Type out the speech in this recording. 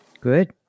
Good